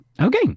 okay